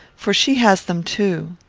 for she has them too.